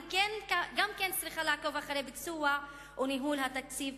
אני גם כן צריכה לעקוב אחרי ביצוע או ניהול התקציב.